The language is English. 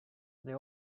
they